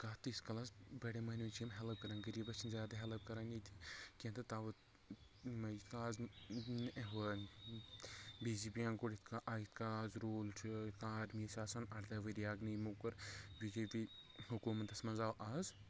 کتھ تہِ ییٖتس کالَس بٔڑین بہنوین چھِ یم ہیلپ کران غریٖبس چھنہٕ زیادٕ ہیلپ کران کیٛنٚہہ توٕے یتھ کنہِ آز مےٚ ہُو بی جے پی ین کوٚر یتھ کٔنۍ یتھ کٔنۍ آز روٗل چھُ آرمی آسان اَردہ ؤری یمو کوٚر بِی جے پی حکوٗمتس منٛز آو آز